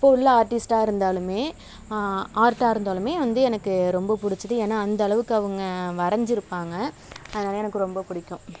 அப்போ உள்ள ஆர்ட்டிஸ்ட்டாக இருந்தாலும் ஆர்ட்டாக இருந்தாலும் வந்து எனக்கு ரொம்ப பிடிச்சது ஏனால் அந்தளவுக்கு அவங்க வரைஞ்சிருப்பாங்க அதனால் எனக்கு ரொம்ப பிடிக்கும்